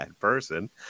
person